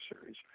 series